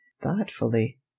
thoughtfully